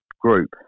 group